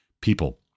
people